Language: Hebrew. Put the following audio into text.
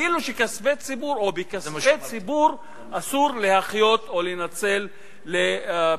וזאת מתוך ההבנה שכספי ציבור אסור לנצל לפעילות